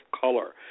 color